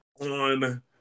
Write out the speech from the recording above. on